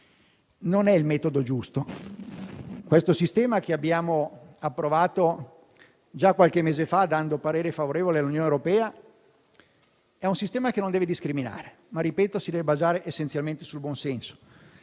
Non è il metodo giusto. Questo sistema, approvato già qualche mese fa, dando parere favorevole all'Unione europea, non deve discriminare, ma si deve basare essenzialmente sul buon senso.